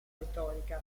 retorica